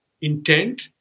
intent